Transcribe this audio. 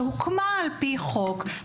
שהוקמה על פי חוק,